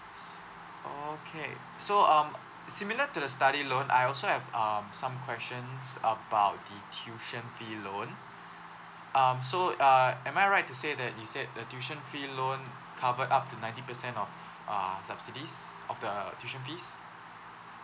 okay so uh similar to the study loan I also have um some questions about the tuition fee loan um so uh am I right to say that you said the tuition fee loan cover up to ninety percent of uh subsidies of the tuition fees